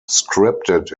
scripted